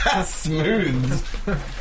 Smooth